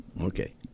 Okay